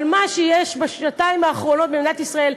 אבל מה שיש בשנתיים האחרונות במדינת ישראל,